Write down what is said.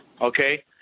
okay